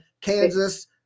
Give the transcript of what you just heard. Kansas